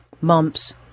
mumps